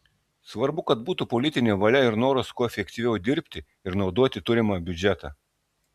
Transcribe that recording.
svarbu kad būtų politinė valia ir noras kuo efektyviau dirbti ir naudoti turimą biudžetą